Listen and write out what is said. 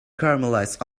caramelized